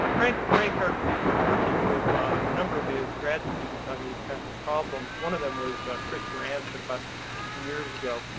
frank frank hardisty's been working with a number of his grad students on these kinds of problems. one of them was chris goranson, about three years ago.